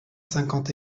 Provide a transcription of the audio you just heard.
cinquante